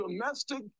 domestic